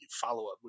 follow-up